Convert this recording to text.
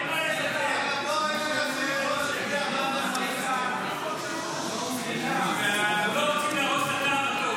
סיימנו עם ההנמקה, סיימנו עם רשות הדיבור.